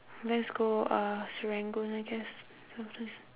let's go uh serangoon I guess someplace